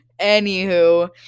Anywho